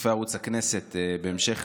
מצופי ערוץ הכנסת בהמשך